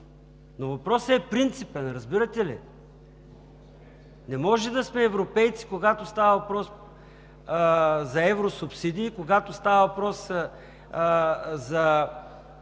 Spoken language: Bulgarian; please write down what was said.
Въпросът е принципен, разбирате ли? Не може да сме европейци, когато става въпрос за евросубсидии и когато става въпрос за